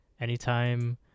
anytime